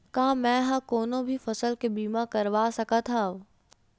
का मै ह कोनो भी फसल के बीमा करवा सकत हव?